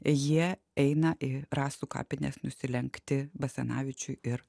jie eina į rasų kapines nusilenkti basanavičiui ir